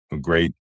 great